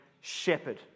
shepherd